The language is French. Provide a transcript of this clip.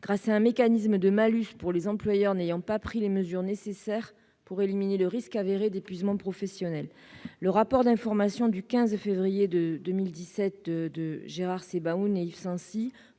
grâce à un mécanisme de malus pour les employeurs n'ayant pas pris les mesures nécessaires pour éliminer le risque avéré d'épuisement professionnel. Dans leur rapport d'information du 15 février 2017 relatif au